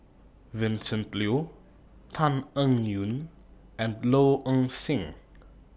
Vincent Leow Tan Eng Yoon and Low Ing Sing